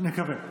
נקווה.